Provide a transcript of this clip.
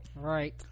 right